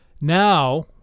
Now